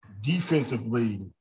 defensively